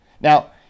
Now